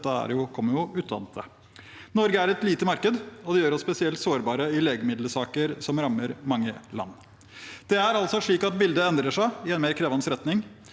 dette kommer jo utenfra. Norge er et lite marked, og det gjør oss spesielt sårbare i legemiddelsaker som rammer mange land. Det er altså slik at bildet endrer seg i en mer krevende retning.